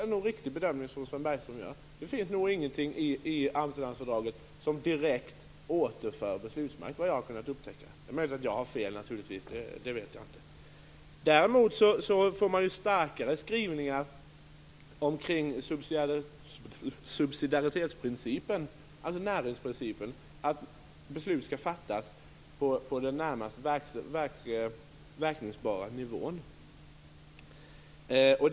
Det är nog en riktig bedömning som Sven Bergström gör. Det finns nog ingenting i Amsterdamfördraget som direkt återför beslutsmakt, såvitt jag har kunnat upptäcka. Det är möjligt att jag har fel. Det vet jag inte. Däremot får man starkare skrivningar omkring subsidiaritetsprincipen - närhetsprincipen - om att beslut skall fattas på närmast verkningsfulla nivå.